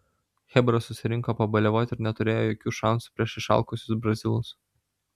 chebra susirinko pabaliavot ir neturėjo jokių šansų prieš išalkusius brazilus